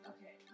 Okay